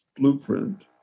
Blueprint